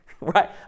Right